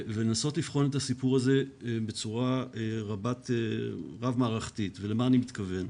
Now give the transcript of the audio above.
לנסות לבחון את הסיפור הזה בצורה רב מערכתית אומר למה אני מתכוון.